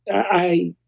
i,